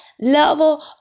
level